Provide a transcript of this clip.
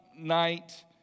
night